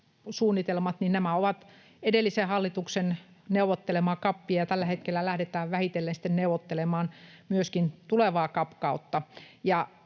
suunnitelmat ovat edellisen hallituksen neuvottelemaa CAPia, ja tällä hetkellä lähdetään vähitellen sitten neuvottelemaan myöskin tulevaa CAP-kautta.